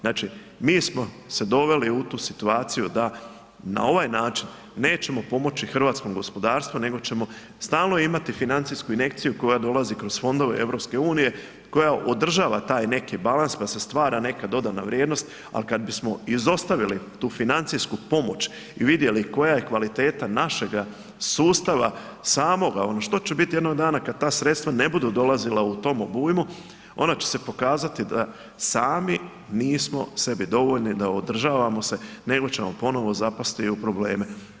Znači mi smo se doveli u tu situaciju da na ovaj način nećemo pomoći hrvatskom gospodarstvu nego ćemo stalno imati financijsku injekciju koja dolazi kroz fondove EU-a, koja održava taj neki balans pa se stvara neka dodana vrijednost ali kad bismo izostavili tu financijsku pomoć i vidjeli koja je kvaliteta našega sustava samoga, ono što će biti jednog dana kad ta sredstva ne budu dolazila u tom obujmo, onda će se pokazati da sami nismo sebi dovoljni da održavamo se nego ćemo ponovno zapasti u probleme.